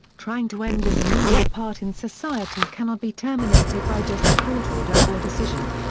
trying to end this enormous part in society cannot be terminated by just a court order or decision.